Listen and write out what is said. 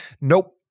Nope